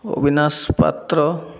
Abinash Patra